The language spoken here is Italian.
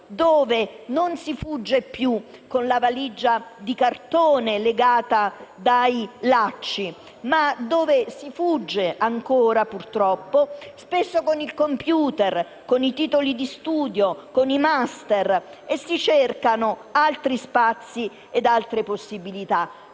dove non si fugge più con la valigia di cartone legata dai lacci, ma dove si fugge - ancora, purtroppo - spesso con il *computer*, con i titoli di studio, con i *master*, alla ricerca di altri spazi e di altre possibilità.